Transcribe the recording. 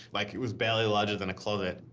like he was barely larger than a closet.